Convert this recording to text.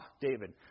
David